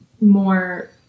more